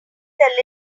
that